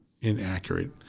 inaccurate